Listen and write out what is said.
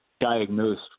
diagnosed